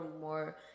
more